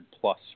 plus